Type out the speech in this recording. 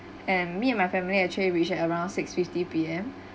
and me and my family actually reach at around six fifty P_M